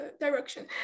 direction